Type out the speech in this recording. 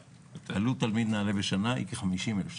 עלות תלמיד נעל"ה בשנה היא כ-50,000 שקלים.